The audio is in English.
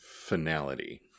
finality